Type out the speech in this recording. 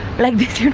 like this.